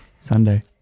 Sunday